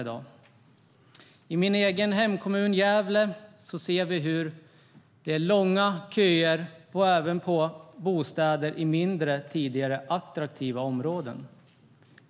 I min egen hemkommun Gävle är det långa köer, även till bostäder i tidigare mindre attraktiva områden.